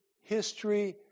history